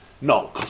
No